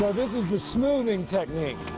this is the smoothing technique.